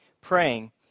Praying